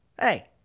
hey